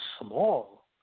small